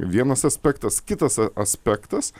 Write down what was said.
vienas aspektas kitas aspektas